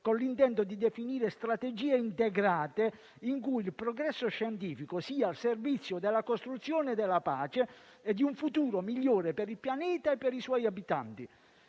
con l'intento di definire strategie integrate, in cui il progresso scientifico sia al servizio della costruzione della pace e di un futuro migliore per il pianeta e per i suoi abitanti.